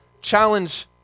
challenge